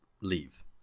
leave